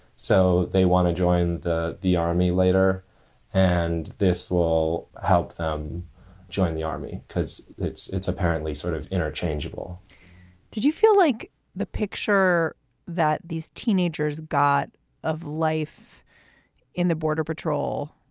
so they want to join the the army later and this will help them join the army cause it's it's apparently sort of interchangeable did you feel like the picture that these these teenagers got of life in the border patrol?